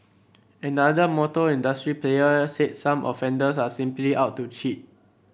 another motor industry player said some offenders are simply out to cheat